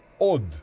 odd